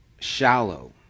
shallow